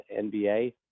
NBA